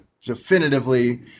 definitively